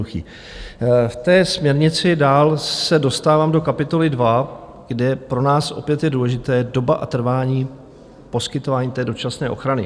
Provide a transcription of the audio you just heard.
V té směrnici dál se dostávám do kapitoly 2, kde pro nás opět je důležitá doba a trvání poskytování dočasné ochrany.